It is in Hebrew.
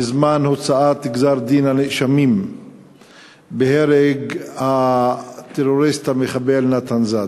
בזמן הוצאת גזר-הדין לנאשמים בהרג הטרוריסט המחבל נתן זאדה,